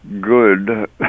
good